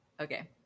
okay